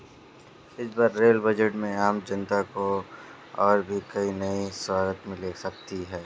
इस बार rail budget में आम जनता को और भी कई नई सौगात मिल सकती हैं